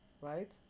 right